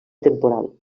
temporal